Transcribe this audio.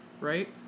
right